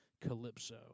Calypso